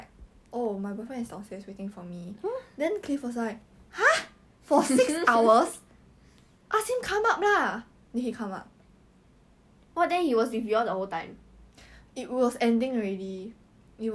very cringe leh to be honest and what you transfer schools just cause of your girlfriend eh you know how much more expensive poly education is compared to J_C so you're asking your parents to pay for your education just cause you can be in the same school as your girlfriend